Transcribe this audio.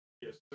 Yes